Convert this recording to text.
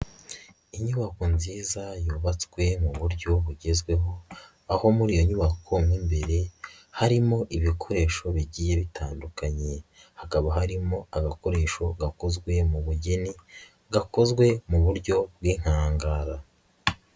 Inyubako nziza yubatswe mu buryo bugezweho, aho muri iyo nyubako mo imbere harimo ibikoresho bigiye bitandukanye, hakaba harimo agakoresho gakozwe mu bugeni, gakozwe mu buryo bw'inkangara.